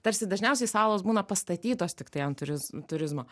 tarsi dažniausiai salos būna pastatytos tiktai an turiz turizmo